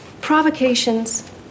Provocations